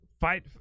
fight